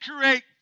create